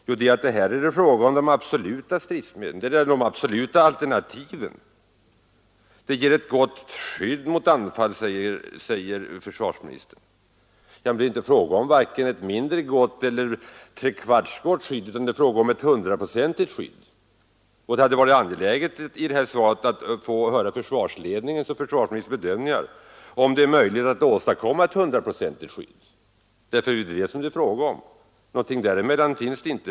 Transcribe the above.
Jo, här är det fråga om de absoluta stridsmedlen, de absoluta alternativen. De skyddselement som reaktorer är försedda med ger ”ett gott skydd mot anfall”, säger försvarsministern. Men det är inte fråga om vare sig ett mindre gott skydd eller ett trekvartsgott skydd, utan det behövs ett hundraprocentigt skydd. Det hade varit angeläget att i svaret ha fått höra försvarsledningens och försvarsministerns bedömningar av om det är möjligt att åstadkomma ett hundraprocentigt skydd; det är ju det som frågan gäller — något annat alternativ finns det inte.